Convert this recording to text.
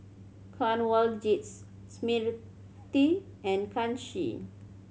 Kanwaljit Smriti and Kanshi